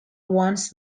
once